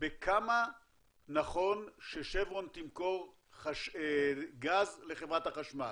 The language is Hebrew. בכמה נכון ש'שברון' תמכור גז לחברת החשמל.